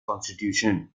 constitution